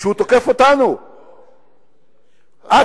קראנו על כך בעיתון.